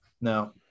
no